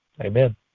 Amen